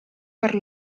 per